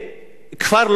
כפר לא-מוכר,